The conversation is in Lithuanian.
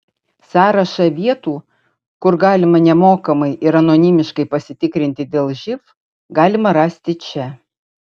sąrašą vietų kur galima nemokamai ir anonimiškai pasitikrinti dėl živ galima rasti čia